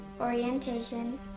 orientation